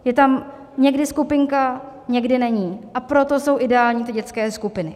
Je tam někdy skupinka, někdy není, a proto jsou ideální ty dětské skupiny.